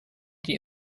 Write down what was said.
die